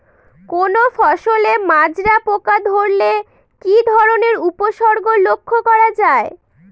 কোনো ফসলে মাজরা পোকা ধরলে কি ধরণের উপসর্গ লক্ষ্য করা যায়?